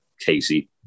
Casey